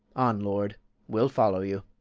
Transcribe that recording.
on, lord we'll follow you.